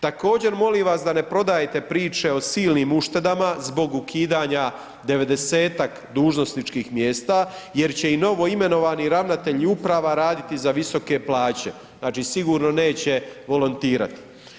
Također molim vas da ne prodajete priče o silnim uštedama zbog ukidanja 90-ak dužnosničkih mjesta jer će i novoimenovani ravnatelji uprava raditi za visoke plaće, znači sigurno neće volontirati.